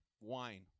Wine